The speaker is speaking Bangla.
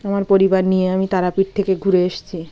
আমার পরিবার নিয়ে আমি তারাপীঠ থেকে ঘুরে এসছি